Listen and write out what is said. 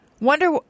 wonder –